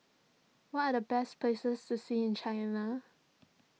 what are the best places to see in China